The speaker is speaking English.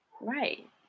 Right